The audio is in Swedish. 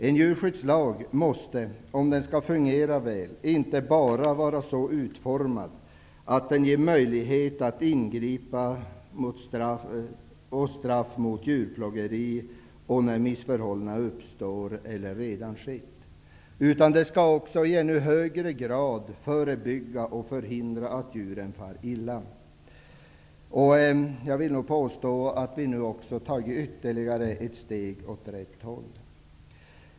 En djurskyddslag måste, om den skall fungera väl, inte bara vara så utformad att den ger möjlighet till ingripande och straff mot djurplågeri när missförhållanden uppstår eller när de redan finns. Den skall i ännu högre grad förebygga och förhindra att djuren far illa. Jag hävdar att vi har tagit ett ytterligare steg åt rätt håll.